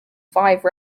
five